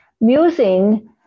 musing